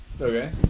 Okay